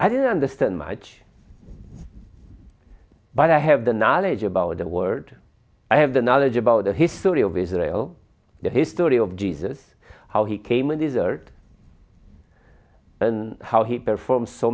i didn't understand much but i have the knowledge about the word i have the knowledge about the history of israel the history of jesus how he came in desert and how he performs so